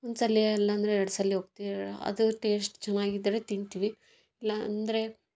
ಒಂದ್ಸಲ ಅಲ್ಲಾಂದ್ರೆ ಎರಡು ಸಲ ಹೋಗ್ತೀವಿ ಅದು ಟೇಸ್ಟ್ ಚೆನ್ನಾಗಿದ್ರೆ ತಿಂತೀವಿ ಇಲ್ಲಾಂದ್ರೆ